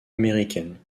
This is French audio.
américaines